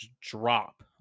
drop